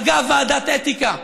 אגב ועדת אתיקה,